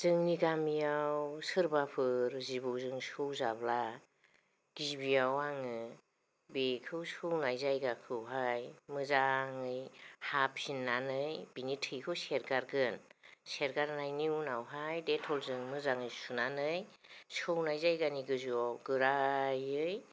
जोंनि गामियाव सोरबाफोर जिबौजों सौजाब्ला गिबियाव आङो बेखौ सौनाय जायगाखौहाय मोजाङै हाफिननानै बिनि थैखौ सेरगारगोन सेरगानायनि उनावहाय डेटलजों सुनानै सौनाय जायगानि गोजौआव गोरायै